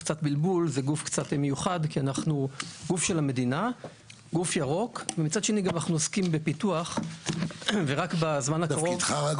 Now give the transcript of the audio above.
זה מקום שמגיעים אליו עשרות אלפי אנשים בשביל לראות נרקיסים צומחים גם